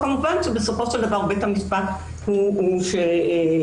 כמובן שבסופו של דבר בית המשפט הוא שיחליט.